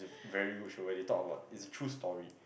very good show where they talk about it's a true story